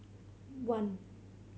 one